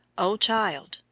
o child!